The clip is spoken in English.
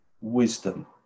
wisdom